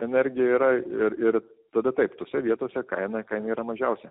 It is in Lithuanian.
energija yra ir ir tada taip tose vietose kaina kaina yra mažiausia